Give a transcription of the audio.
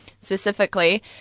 specifically